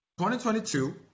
2022